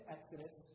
Exodus